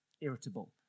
irritable